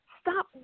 stop